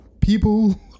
people